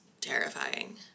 terrifying